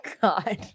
God